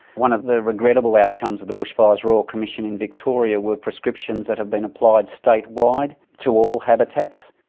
one of the regrettable outcomes of the bushfires royal commission in victoria were prescriptions that have been applied state-wide to all habitats.